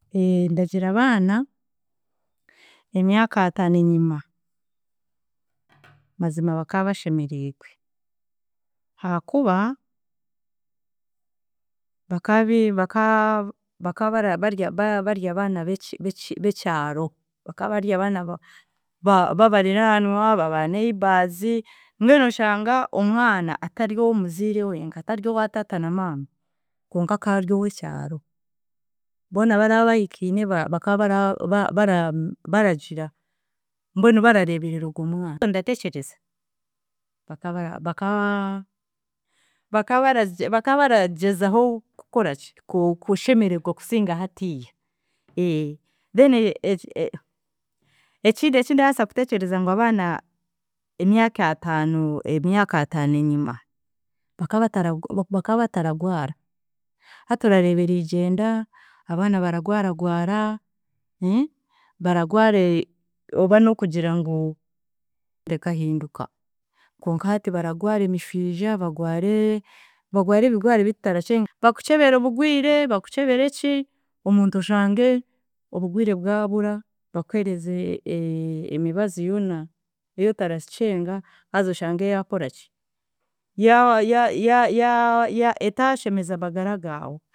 Ndagira abaana, emyaka ataano enyima, mazima bakaabashemeriigwe, baka, bakaarye bakaarye baka barye abaana beki beki bekyaro bakaabarya abaana babariraanwa, babaneighbors mbwenu oshanga omwana atary'owomuziire wenka, atary'owa taata na maama konka akaaryowekyaro. Boona abara bahikiine bara baka bara bara baragira mbwenu barareeberera ogwomwana. Mbwenu ndateekyereza, bakaraba, baka baka barage baka baragyezaho kukoraki ku- ku- kushemeregwa kusinga hatiiya. Then e- e- ekindi ekindaasa kuteekyereza ngu abaana emyaka ataano, emyaka ataano enyima, baka batarabwo baka bataragwara, hati orareeba eriigyenda, abaana baragwara gwara, baragwara oba n'okugira ngu ekahinduka konka hati baragwara emishwija, bagware, bagware ebigwara ebitutarakyenga bakukyebere obugwire, bakukyebere ki omuntu oshange obugwire bwabura, bakuheereze e- e- emibazi yoona ey'otarakyenga haza oshange yaakoraki, ya- ya- ya- ya- etaashemeza amagara gaawe